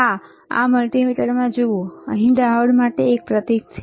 હા તમે આ મલ્ટિમીટરમાં જુઓ છો અહીં ડાયોડ માટે એક પ્રતીક છે